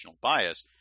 bias